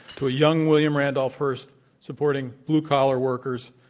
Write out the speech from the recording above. to a young william randolph hearst supporting blue-collar workers,